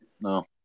No